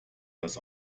das